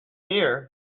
here